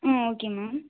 ah okay ma'am